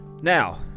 now